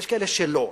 ויש כאלה שלא.